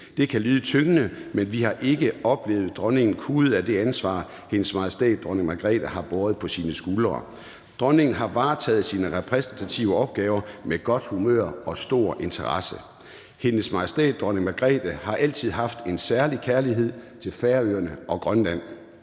Det kan lyde tyngende, men vi har ikke oplevet dronningen kuet af det ansvar, dronningen har båret på sine skuldre. Dronningen har varetaget sine repræsentative opgaver med godt humør og stor interesse. Hendes Majestæt Dronning Margrethe har altid haft en særlig kærlighed til Færøerne og Grønland.